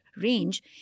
range